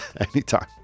Anytime